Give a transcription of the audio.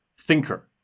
Thinker